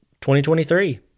2023